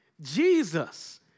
Jesus